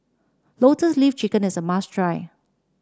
Lotus Leaf Chicken is a must try